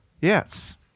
Yes